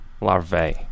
Larvae